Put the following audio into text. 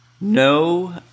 no